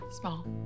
Small